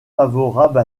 favorables